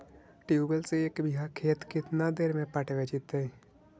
Tubewell से एक बिघा खेत केतना देर में पटैबए जितै?